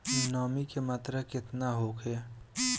नमी के मात्रा केतना होखे?